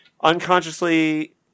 unconsciously